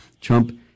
Trump